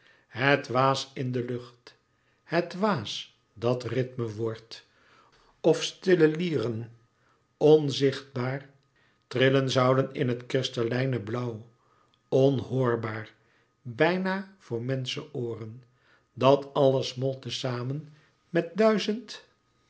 het waas in de lucht het waas dat rythme wordt of stille lieren onzichtbaar trillen zouden in het kristallijne blauw onhoorbaar bijna voor menschenooren dat àlles smolt te zamen met duizend